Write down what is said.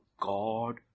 God-